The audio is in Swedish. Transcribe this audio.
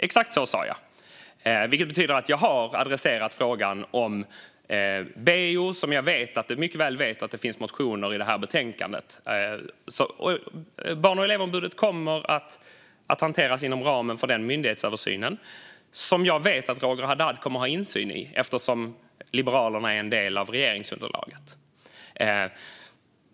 Exakt detta sa jag, vilket betyder att jag har adresserat frågan om BEO. Och jag vet mycket väl vet att det finns motioner om detta som tas upp i betänkandet. Barn och elevombudet kommer att hanteras inom ramen för denna myndighetsöversyn. Och jag vet att Roger Haddad kommer att ha insyn i denna eftersom Liberalerna är en del av regeringsunderlaget.